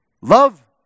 love